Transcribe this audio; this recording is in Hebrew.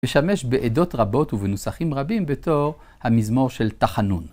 משמש בעדות רבות ובנוסחים רבים בתור המזמור של תחנון.